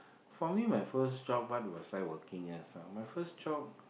for me my first job what was I working as my first job